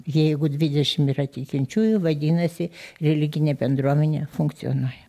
jeigu dvidešim yra tikinčiųjų vadinasi religinė bendruomenė funkcionuoja